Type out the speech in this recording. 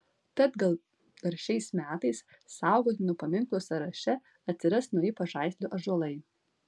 tad gal dar šiais metais saugotinų paminklų sąraše atsiras nauji pažaislio ąžuolai